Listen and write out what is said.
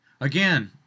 again